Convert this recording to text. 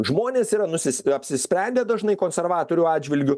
žmonės yra nusis apsisprendę dažnai konservatorių atžvilgiu